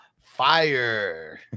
fire